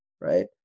right